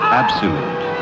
absolute